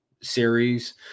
series